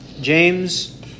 James